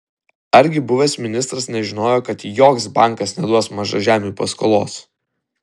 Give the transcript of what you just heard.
argi buvęs ministras nežinojo kad joks bankas neduos mažažemiui paskolos